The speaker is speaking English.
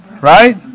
right